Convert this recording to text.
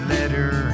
Letter